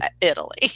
Italy